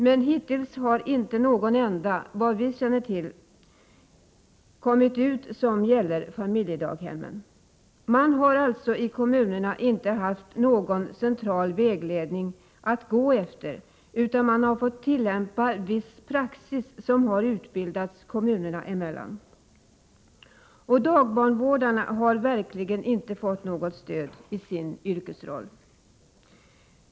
Men hittills har inte en enda, såvitt vi känner till, gällt familjedaghemmen. Man har alltså i kommunerna inte haft någon central vägledning att gå efter, utan man har fått tillämpa viss praxis som har utbildats kommunerna emellan. Dagbarnvårdarna har verkligen inte fått något stöd i sin yrkesroll.